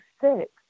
six